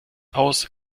aus